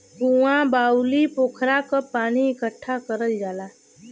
कुँआ, बाउली, पोखरा क पानी इकट्ठा करल जाला